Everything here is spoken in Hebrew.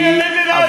מי הנבלה הזאת בכלל?